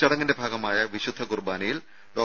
ചടങ്ങിന്റെ ഭാഗമായ വിശുദ്ധ കുർബാനയിൽ ഡോ